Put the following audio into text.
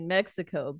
Mexico